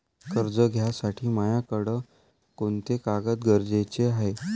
कर्ज घ्यासाठी मायाकडं कोंते कागद गरजेचे हाय?